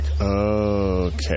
okay